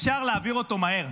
אפשר להעביר אותו מהר.